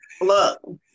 Look